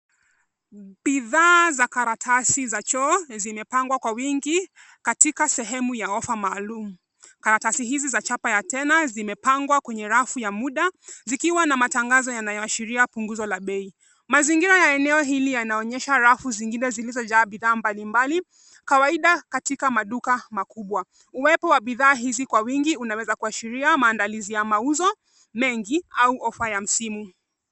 Bidhaa za karatasi za choo zimepangwa kwa wingi katika sehemu ya offer maalum. Karatasi hizi za chapa ya tena zimepangwa kwenye rafu ya muda zikiwa na matangazo yanayoashiria punguzo la bei. Mazingira ya eneo hili yanaonyesha rafu zingine zilizojaa bidhaa mbalimbali kawaida katika maduka makubwa. Uwepo wa bidhaa hizi kwa wingi unaweza kuashiria maandalizi ya mauzo mengi au offer ya msimu.